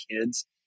kids